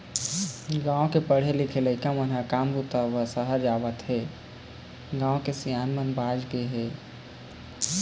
गाँव के पढ़े लिखे लइका मन ह काम बूता बर सहर जावत हें, गाँव म सियान मन बाँच गे हे